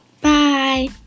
Bye